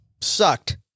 sucked